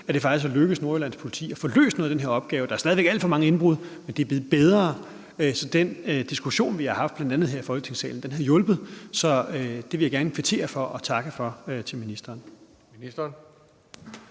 at det faktisk er lykkedes Nordjyllands Politi at få løst noget af den her opgave. Der er stadig væk alt for mange indbrud, men det er blevet bedre, så den diskussion, vi har haft, bl.a. her i Folketingssalen, har hjulpet. Så det vil jeg gerne kvittere for og takke for til ministeren. Kl.